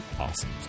awesome